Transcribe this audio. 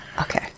Okay